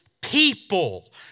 people